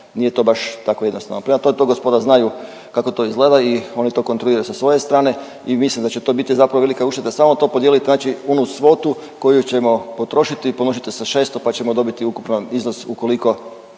nije to baš tako jednostavno. .../Govornik se ne razumije./... znaju kako to izgleda i oni to kontroliraju sa svoje strane i mislim da će to biti zapravo velika ušteda samo to podijeliti, znači onu svotu koju ćemo potrošiti, pomnožite sa 600 pa ćemo dobiti ukupan iznos ukoliko